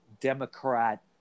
Democrat